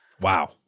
Wow